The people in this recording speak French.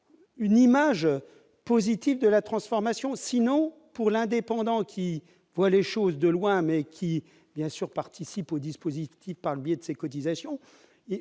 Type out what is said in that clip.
une image positive de la transformation. Sinon, pour l'indépendant qui voit les choses de loin, mais qui, bien sûr, participe au dispositif par le biais de ses cotisations,